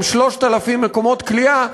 עם 3,000 מקומות כליאה,